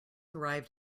arrived